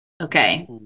Okay